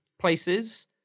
places